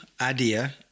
idea